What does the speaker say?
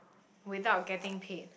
without getting paid